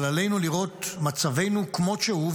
אבל עלינו לראות מצבנו כמות שהוא,